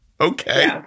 okay